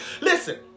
Listen